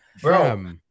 Bro